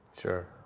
Sure